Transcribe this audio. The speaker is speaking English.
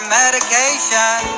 medication